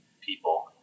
people